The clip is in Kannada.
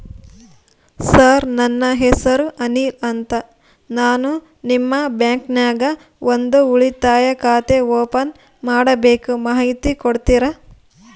ಸರ್ ನನ್ನ ಹೆಸರು ಅನಿಲ್ ಅಂತ ನಾನು ನಿಮ್ಮ ಬ್ಯಾಂಕಿನ್ಯಾಗ ಒಂದು ಉಳಿತಾಯ ಖಾತೆ ಓಪನ್ ಮಾಡಬೇಕು ಮಾಹಿತಿ ಕೊಡ್ತೇರಾ?